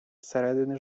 середини